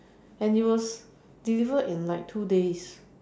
and it was delivered in like two days